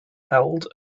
held